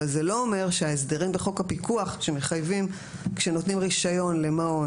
אבל זה לא אומר שההסדרים בחוק הפיקוח שמחייבים כשנותנים רישיון למעון,